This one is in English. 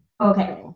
Okay